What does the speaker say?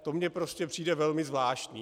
To mi prostě přijde velmi zvláštní.